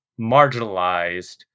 marginalized